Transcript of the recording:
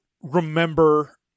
remember